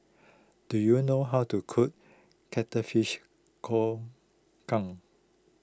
do you know how to cook Cuttlefish Kong Kang